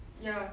ya